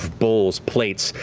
bowls, plates.